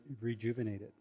rejuvenated